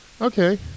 okay